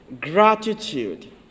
gratitude